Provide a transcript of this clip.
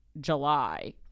July